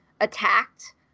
attacked